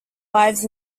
lives